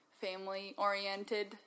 family-oriented